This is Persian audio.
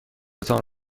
تان